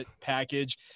package